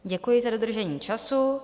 Děkuji za dodržení času.